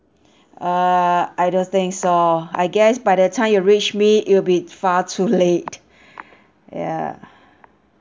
err I don't think so I guess by the time you reach me it will be far too late ya